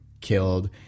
killed